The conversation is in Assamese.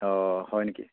অঁ হয় নেকি